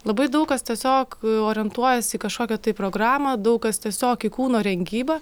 labai daug kas tiesiog orientuojasi į kažkokią tai programą daug kas tiesiog į kūno rengybą